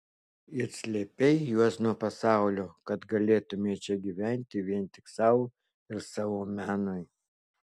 ir slėpei juos nuo pasaulio kad galėtumei čia gyventi vien tik sau ir savo menui